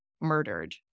murdered